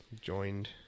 Joined